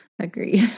Agreed